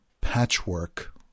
patchwork